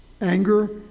anger